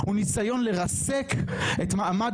היא עוד הרבה לפני הצרת צעדי מערכת